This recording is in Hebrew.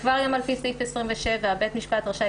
שכבר היום על פי סעיף 27 בית משפט רשאי